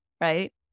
right